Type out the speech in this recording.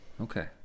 Okay